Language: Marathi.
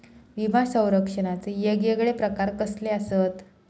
विमा सौरक्षणाचे येगयेगळे प्रकार कसले आसत?